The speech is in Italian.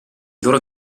loro